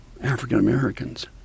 African-Americans